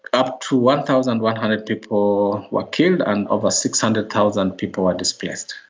up to one thousand one hundred people were killed, and over six hundred thousand people were displaced.